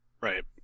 right